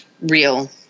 real